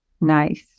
Nice